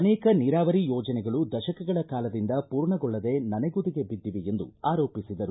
ಅನೇಕ ನೀರಾವರಿ ಯೋಜನೆಗಳು ದಶಕಗಳ ಕಾಲದಿಂದ ಪೂರ್ಣಗೊಳ್ಳದೆ ನೆನೆಗುದಿಗೆ ಬಿದ್ದಿವೆ ಎಂದು ಆರೋಪಿಸಿದರು